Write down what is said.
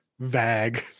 Vag